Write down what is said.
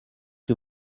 que